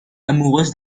amoureuse